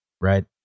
right